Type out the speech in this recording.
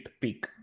peak